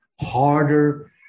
Harder